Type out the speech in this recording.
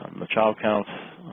um the child counts